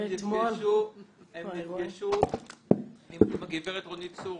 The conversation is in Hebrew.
הם נפגשו עם הגברת רונית צור,